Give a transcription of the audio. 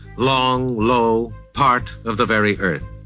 long, low, part of the very earth.